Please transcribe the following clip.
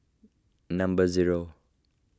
number zero